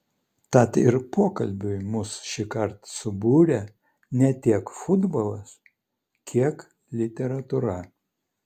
tad ir pokalbiui mus šįkart subūrė ne tiek futbolas kiek literatūra